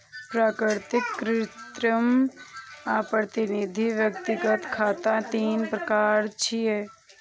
प्राकृतिक, कृत्रिम आ प्रतिनिधि व्यक्तिगत खाता तीन प्रकार छियै